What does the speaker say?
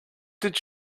did